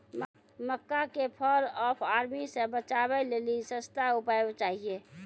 मक्का के fall of army से बचाबै लेली सस्ता उपाय चाहिए?